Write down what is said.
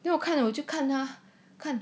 then 我看着我就看他看